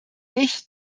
ich